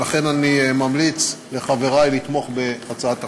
ולכן אני ממליץ לחברי לתמוך בהצעת החוק.